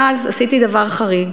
ואז עשיתי דבר חריג